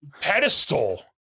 pedestal